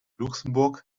luxemburg